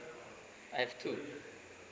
I have two